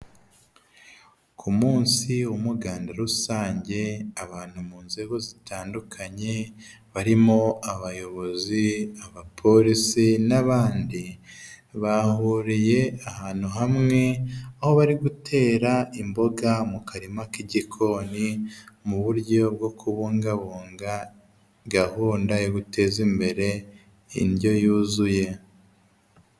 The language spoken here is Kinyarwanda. Ku munsi w'umuganda rusange abantu mu nzego zitandukanye barimo abayobozi, abapolisi n'abandi, bahuriye ahantu hamwe, aho bari gutera imboga mu karima k'igikoni mu buryo bwo kubungabunga gahunda yo guteza imbere indyo yuzuye.